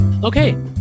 Okay